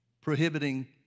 prohibiting